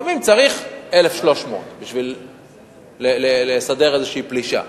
לפעמים צריך 1,300 בשביל לסדר איזושהי פלישה.